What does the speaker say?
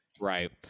right